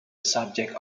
subject